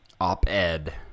op-ed